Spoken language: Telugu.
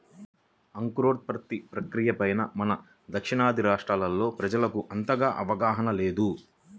అంకురోత్పత్తి ప్రక్రియ పైన మన దక్షిణాది రాష్ట్రాల్లో ప్రజలకు అంతగా అవగాహన లేదు